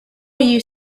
you